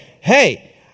hey